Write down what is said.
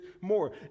more